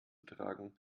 tragen